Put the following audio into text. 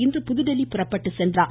இன்று புதுதில்லி புறப்பட்டு சென்றார்